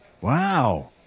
Wow